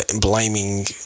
blaming